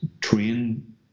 train